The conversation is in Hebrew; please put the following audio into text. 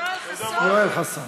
יואל חסון.